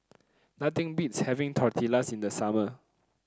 nothing beats having Tortillas in the summer